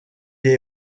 est